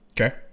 Okay